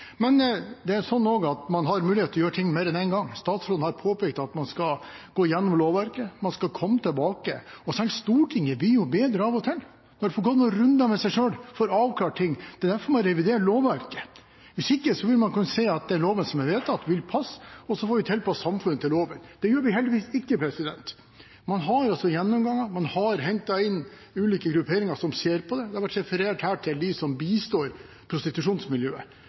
Men man har også mulighet til å gjøre ting mer enn en gang. Statsråden har påpekt at man skal gå igjennom lovverket, og man skal komme tilbake. Og selv Stortinget blir bedre av og til når man får gått noen runder med seg selv og får avklart ting. Det er derfor vi må revidere lovverket. Hvis ikke vil man kunne si at den loven som er vedtatt, vil passe, og så får vi tilpasse samfunnet til loven. Det gjør vi heldigvis ikke. Man har hatt gjennomganger, man har hentet inn ulike grupperinger som ser på dette – det har vært referert her til dem som bistår prostitusjonsmiljøet.